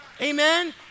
Amen